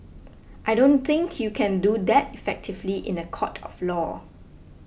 I don't think you can do that effectively in a court of law